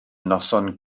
noson